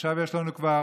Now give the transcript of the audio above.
עכשיו יש לנו כבר